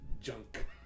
Junk